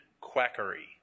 quackery